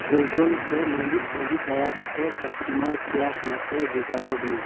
Google Pay ᱞᱟᱹᱞᱤᱥ ᱞᱟᱹᱜᱤᱫ ᱫᱟᱭᱟ ᱠᱟᱛᱮᱫ ᱠᱟᱥᱴᱚᱢᱟᱨ ᱠᱮᱭᱟᱨ ᱥᱟᱶᱛᱮ ᱡᱳᱜᱟᱡᱳᱜᱽᱢᱮ